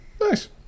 Nice